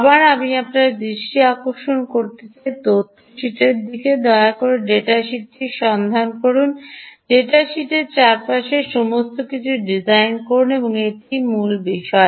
আবার আমি আপনার দৃষ্টি আকর্ষণ করছি তথ্য শীটের দিকে দয়া করে ডেটা শীটটি সন্ধান করুন ডেটা শীটের চারপাশের সমস্ত কিছু ডিজাইন করুন এটিই মূল বিষয়